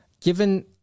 Given